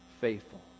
faithful